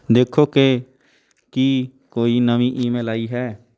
ਦੇਖੋ ਕਿ ਕੀ ਕੋਈ ਨਵੀਂ ਈਮੇਲ ਆਈ ਹੈ